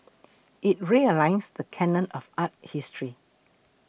it realigns the canon of art history